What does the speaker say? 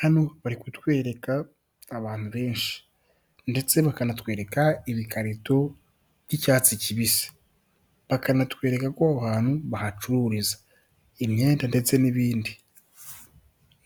Hano bari kutwereka abantu benshi ndetse bakanatwereka ibikarito by'icyatsi kibisi, bakanatwereka ko ahantu bahacururiza imyenda ndetse n'ibindi